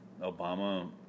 Obama